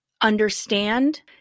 understand